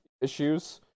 issues